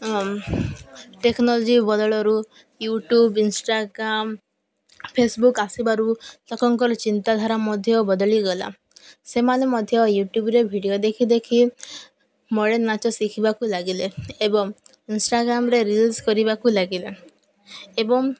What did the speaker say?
technology ବଦଳରୁ YouTube Instagram Facebook ଆସିବାରୁ ଲୋକଙ୍କର ଚିନ୍ତାଧାରା ମଧ୍ୟ ବଦଳିଗଲା ସେମାନେ ମଧ୍ୟ ୟୁଟ୍ୟୁବ୍ରେ ଭିଡ଼ିଓ ଦେଖି ଦେଖି ମଡ଼ର୍ନ ନାଚ ଶିଖିବାକୁ ଲାଗିଲେ ଏବଂ ଇନଷ୍ଟାଗ୍ରାମରେ ରିଲ୍ସ କରିବାକୁ ଲାଗିଲେ ଏବଂ